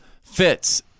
Fitz